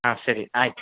ಹಾಂ ಸರಿ ಆಯಿತು